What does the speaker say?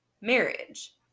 marriage